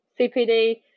CPD